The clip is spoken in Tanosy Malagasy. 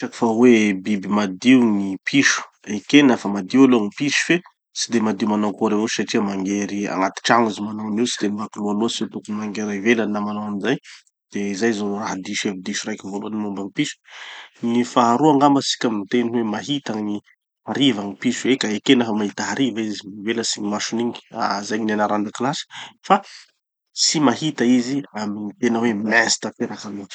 fa hoe biby madio gny piso. Ekena fa madio aloha gny piso fe, tsy de madio manao akory avao satria mangery agnaty tragno izy manao anio. Tsy de mivaky loha loatsy hoe tokony mangery ivelany na manao anizay. De zay zao raha diso hevi-diso raiky voalohany momba gny piso. Gny faharoa angamba tsika miteny hoe mahita gny hariva gny piso. Eka ekena fa mahita hariva izy. Mivelatsy gny masony igny, zay gny nianara andakilasy. Fa tsy mahita izy amy gny tena hoe mainzy tanteraky aloha.